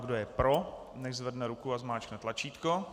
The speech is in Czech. Kdo je pro, nechť zvedne ruku a zmáčkne tlačítko.